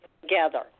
together